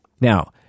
Now